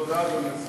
תודה, אדוני סגן השר.